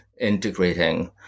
integrating